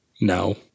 No